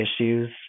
issues